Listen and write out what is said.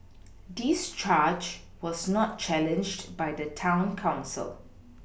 this charge was not challenged by the town council